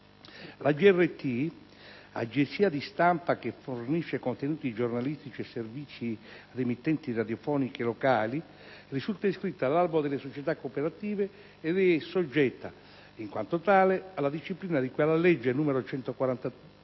La GRT - agenzia di stampa che fornisce contenuti giornalistici e servizi ad emittenti radiofoniche locali - risulta iscritta all'albo delle società cooperative ed è soggetta, in quanto tale, alla disciplina di cui alla legge n. 142